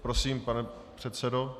Prosím, pane předsedo.